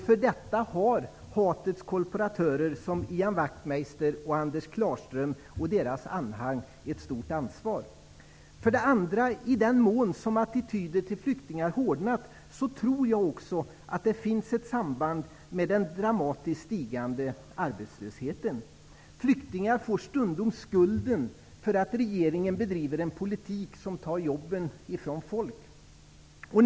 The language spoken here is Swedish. För detta har hatets kolportörer, sådana som Ian Wachtmeister, Anders Klarström och deras anhang, ett stort ansvar. I den mån som attityderna till flyktingar har hårdnat tror jag dessutom att det finns ett samband med den dramatiskt stigande arbetslösheten. Flyktingar får stundom skulden för att regeringen bedriver en politik som tar jobben från folk.